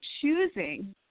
choosing